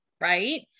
right